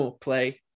play